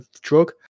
drug